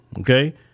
Okay